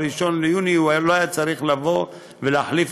ב-1 ביוני לא היה צריך לבוא ולהחליף